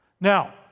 Now